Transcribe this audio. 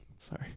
Sorry